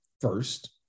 first